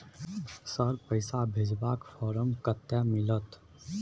Sir, पैसा भेजबाक फारम कत्ते मिलत?